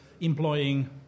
employing